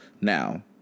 Now